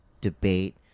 debate